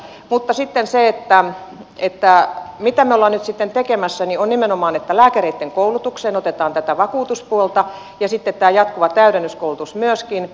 mutta se mitä me olemme nyt sitten tekemässä on että nimenomaan lääkäreitten koulutukseen otetaan tätä vakuutuspuolta ja sitten on tätä jatkuvaa täydennyskoulutusta myöskin